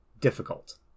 difficult